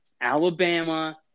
Alabama